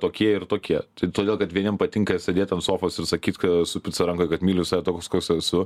tokie ir tokie tai todėl kad vieniem patinka sėdėt ant sofos ir sakyt ka su pica rankoj kad myliu save toks koks esu